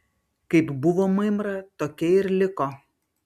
kaip buvo mymra tokia ir liko